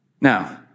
Now